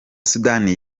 sudani